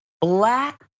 Black